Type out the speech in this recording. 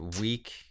week